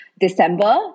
December